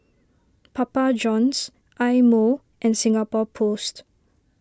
Papa Johns Eye Mo and Singapore Post